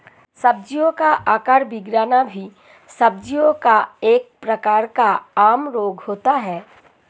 सब्जियों का आकार बिगड़ना भी सब्जियों का एक प्रकार का आम रोग होता है